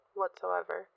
whatsoever